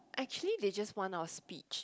actually they just want our speech